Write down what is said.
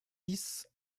dix